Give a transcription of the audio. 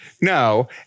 No